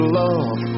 love